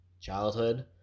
childhood